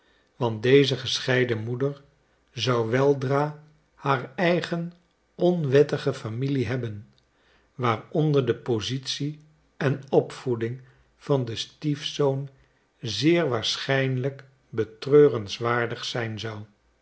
want deze gescheiden moeder zou weldra haar eigen onwettige familie hebben waaronder de positie en opvoeding van den stiefzoon zeer waarschijnlijk betreurenswaardig zijn zou